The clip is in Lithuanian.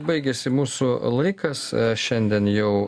baigėsi mūsų laikas šiandien jau